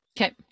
Okay